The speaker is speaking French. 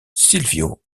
silvio